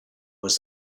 was